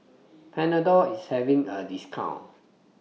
Panadol IS having A discount